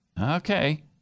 Okay